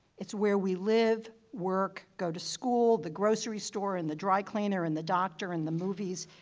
it's where we live, work, go to school, the grocery store and the dry cleaner and the doctor and the movies.